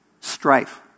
Strife